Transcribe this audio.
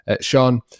Sean